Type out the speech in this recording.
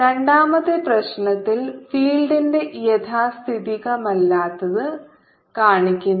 രണ്ടാമത്തെ പ്രശ്നത്തിൽ ഫീൽഡിന്റെ യാഥാസ്ഥിതികമല്ലാത്തത് കാണിക്കുന്നു